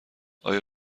آیا